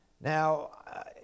Now